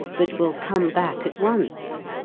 but will come back at once.